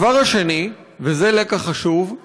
הדבר השני, וזה לקח חשוב: